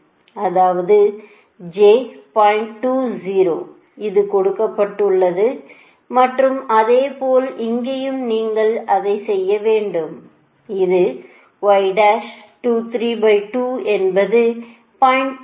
20 இது கொடுக்கப்பட்டது மற்றும் அதுபோல இங்கேயும் நீங்கள் அதை செய்ய வேண்டும் இது என்பது 0